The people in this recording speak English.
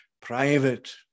private